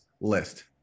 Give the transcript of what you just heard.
list